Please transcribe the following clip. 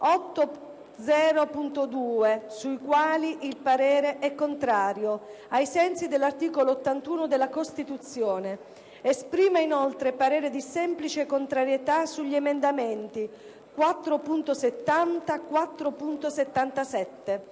8.0.2, sui quali il parere è contrario, ai sensi dell'articolo 81 della Costituzione. Esprime inoltre parere di semplice contrarietà sugli emendamenti 4.70 e 4.77.